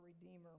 Redeemer